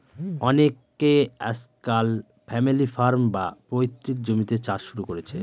অনকে আজকাল family farm, বা পৈতৃক জমিতে চাষ শুরু করেছে